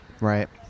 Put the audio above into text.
Right